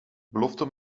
belofte